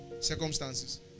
Circumstances